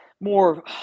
more